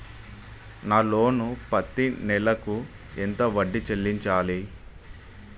నా లోను పత్తి నెల కు ఎంత వడ్డీ చెల్లించాలి?